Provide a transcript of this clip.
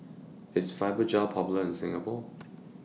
IS Fibogel Popular in Singapore